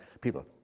people